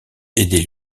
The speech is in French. aider